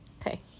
Okay